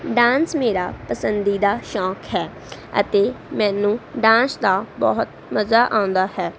dance ਮੇਰਾ ਪਸੰਦੀਦਾ ਸ਼ੌਕ ਹੈ ਅਤੇ ਮੈਨੂੰ ਡਾਂਸ ਦਾ ਬਹੁਤ ਮਜ਼ਾ ਆਉਂਦਾ ਹੈ